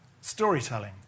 Storytelling